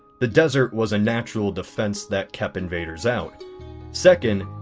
the desert was a natural defense that kept invaders out second,